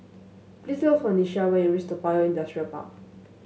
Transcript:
please look for Nichelle when you reach Toa Payoh Industrial Park